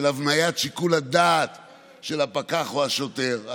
של הבניית שיקול הדעת של הפקח או השוטר,